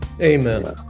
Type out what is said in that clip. Amen